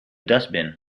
dustbin